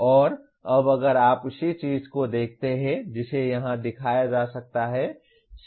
और अब अगर आप उसी चीज को देखते हैं जिसे यहां दिखाया जा सकता है